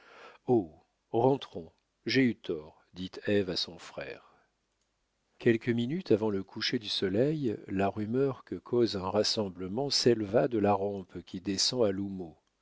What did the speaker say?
rentrons j'ai eu tort dit ève à son frère quelques minutes avant le coucher du soleil la rumeur que cause un rassemblement s'éleva de la rampe qui descend à